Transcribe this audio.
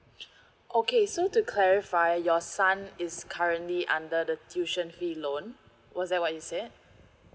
okay so to clarify your son is currently under the tuition fee loan was that what you said